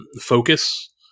focus